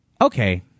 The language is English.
Okay